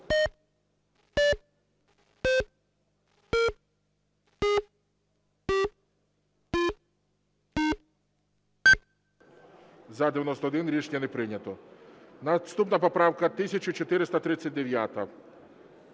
За-91 Рішення не прийнято. Наступна поправка 1439.